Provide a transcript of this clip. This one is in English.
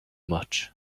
much